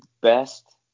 best